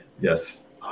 Yes